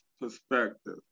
perspective